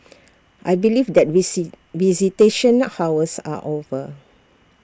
I believe that we see visitation hours are over